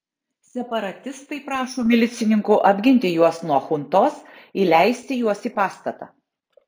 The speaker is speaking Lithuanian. separatistai prašo milicininkų apginti juos nuo chuntos įleisti juos į pastatą